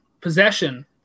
Possession